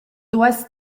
duos